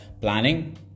planning